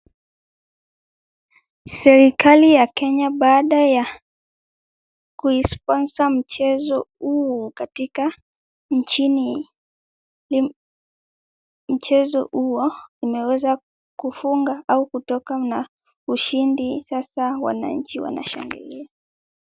Serikali ya Kenya baada ya kuisponser mchezo huo katika nchini, ni mchezo huo umeweza kufunga au kutoka na ushindi sasa wananchi wanashangilia.